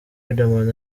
riderman